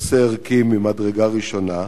נושא ערכי ממדרגה ראשונה,